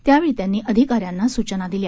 यावेळी त्यांनी अधिकाऱ्यांना सूचना दिल्या